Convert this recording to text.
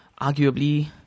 arguably